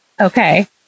Okay